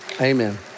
Amen